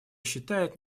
считает